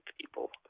people